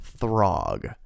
Throg